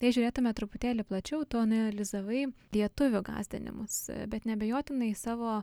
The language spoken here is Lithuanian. jei žiūrėtumėme truputėlį plačiau tu analizavai lietuvių gąsdinimus bet neabejotinai savo